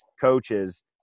coaches